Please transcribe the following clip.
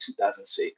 2006